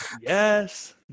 yes